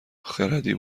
خردی